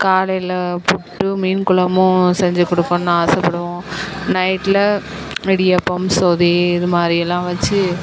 காலையில் புட்டு மீன் குழம்பும் செஞ்சுக் கொடுக்கணுன்னு ஆசைப்படுவோம் நைட்டில் இடியாப்பம் சொதி இதுமாதிரிலாம் வச்சு